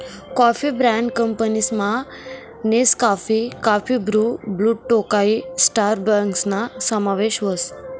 coffee brand कंपनीसमा Nescafe, coffee Bru, Blue Tokai स्टारबक्सना समावेश व्हस